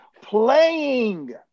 Playing